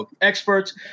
experts